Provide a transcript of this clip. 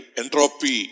entropy